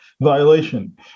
violation